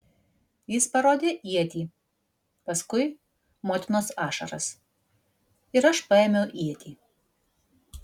jis parodė ietį paskui motinos ašaras ir aš paėmiau ietį